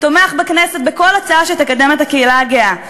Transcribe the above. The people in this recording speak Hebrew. תומך בכנסת בכל הצעה שתקדם את הקהילה הגאה.